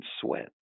sweat